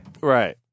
Right